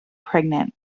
pregnant